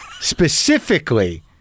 specifically-